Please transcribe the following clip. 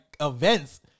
events